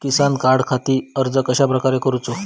किसान कार्डखाती अर्ज कश्याप्रकारे करूचो?